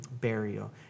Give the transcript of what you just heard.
burial